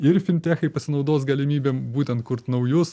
ir fintechai pasinaudos galimybėm būtent kurt naujus